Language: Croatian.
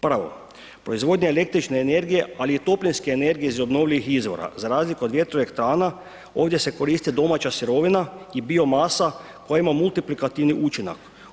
Prvo, proizvodnja električne energije ali i toplinske energije iz obnovljivih izvora za razliku od vjetroelektrana, ovdje se koriste domaća sirovina i biomasa koja ima multiplikativni učinak.